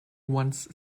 once